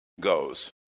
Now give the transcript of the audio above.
goes